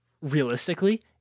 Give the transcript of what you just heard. realistically